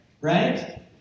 right